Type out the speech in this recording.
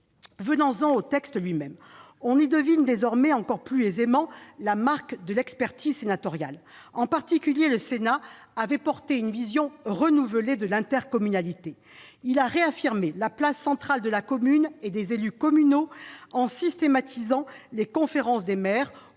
Venons-en au texte lui-même. On y devine désormais encore plus aisément la marque de l'expertise sénatoriale. En particulier, le Sénat a porté une vision renouvelée de l'intercommunalité. Il a réaffirmé la place centrale de la commune et des élus communaux, en systématisant les conférences des maires